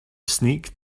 sneaked